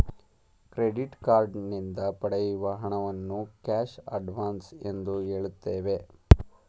credit card ನಿಂದ ಪಡೆಯುವ ಹಣವನ್ನು ಕ್ಯಾಶ್ ಅಡ್ವನ್ಸ್ ಎಂದು ಹೇಳುತ್ತೇವೆ